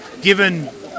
given